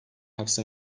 hapse